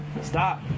Stop